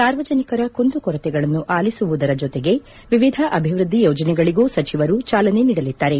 ಸಾರ್ವಜನಿಕರ ಕುಂದುಕೊರತೆಗಳನ್ನು ಆಲಿಸುವುದರ ಜೊತೆಗೆ ವಿವಿಧ ಅಭಿವೃದ್ದಿ ಯೋಜನೆಗಳಿಗೂ ಸಚಿವರು ಚಾಲನೆ ನೀಡಲಿದ್ದಾರೆ